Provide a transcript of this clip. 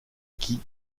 qui